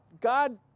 God